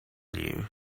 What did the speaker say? you